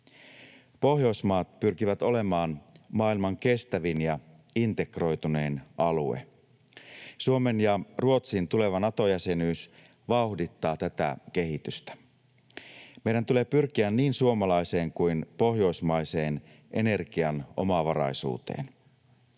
Pohjoismaat pyrkivät olemaan maailman kestävin ja integroitunein alue. Suomen ja Ruotsin tuleva Nato-jäsenyys vauhdittaa tätä kehitystä. Meidän tulee pyrkiä niin suomalaiseen kuin pohjoismaiseen energian omavaraisuuteen.